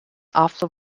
after